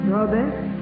Robert